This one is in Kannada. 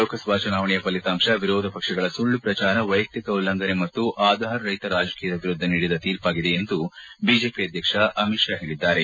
ಲೋಕಸಭಾ ಚುನಾವಣೆಯ ಫಲಿತಾಂಶ ವಿರೋಧ ಪಕ್ಷಗಳ ಸುಳ್ಳು ಪ್ರಚಾರ ವೈಯಕ್ತಿಕ ಉಲ್ಲಂಘನೆ ಮತ್ತು ಆಧಾರ ರಹಿತ ರಾಜಕೀಯದ ವಿರುದ್ಧ ನೀಡಿದ ತೀರ್ಪಾಗಿದೆ ಎಂದು ಬಿಜೆಪಿ ಅಧ್ಯಕ್ಷ ಅಮಿತ್ ಷಾ ಹೇಳಿದ್ದಾರೆ